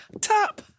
Tap